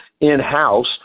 in-house